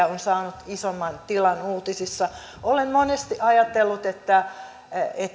on saanut isomman tilan uutisissa olen monesti ajatellut että